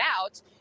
out